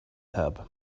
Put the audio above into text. tub